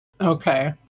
Okay